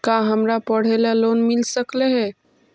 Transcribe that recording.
का हमरा पढ़े ल लोन मिल सकले हे?